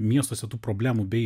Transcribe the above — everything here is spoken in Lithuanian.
miestuose tų problemų bei